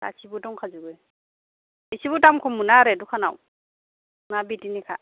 गासिबो दंखाजोबो एसेबो दाम खम मोना आरो दखानाव ना बिदिनोखा